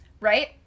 right